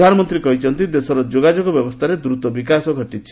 ପ୍ରଧାନମନ୍ତ୍ରୀ କହିଛନ୍ତି ଦେଶର ଯୋଗାଯୋଗ ବ୍ୟବସ୍ଥାରେ ଦ୍ରୁତ ବିକାଶ ଘଟିଛି